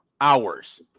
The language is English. Hours